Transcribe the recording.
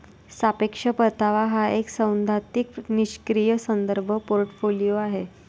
सापेक्ष परतावा हा एक सैद्धांतिक निष्क्रीय संदर्भ पोर्टफोलिओ आहे